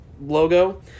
logo